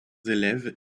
élèves